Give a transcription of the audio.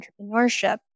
entrepreneurship